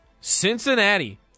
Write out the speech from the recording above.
Cincinnati